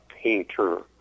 painter